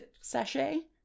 sachet